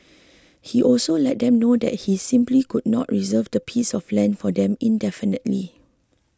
he also let them know that he simply could not reserve that piece of land for them indefinitely